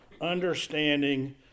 understanding